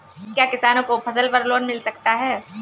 क्या किसानों को फसल पर लोन मिल सकता है?